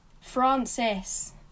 Francis